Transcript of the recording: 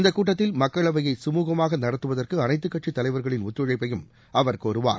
இந்தக் கூட்டத்தில் மக்களவையை சுமூகமாக நடத்துவதற்கு அனைத்துக் கட்சித்தலைவா்களின் ஒத்துழைப்பையும் அவர் கோருவார்